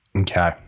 Okay